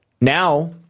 now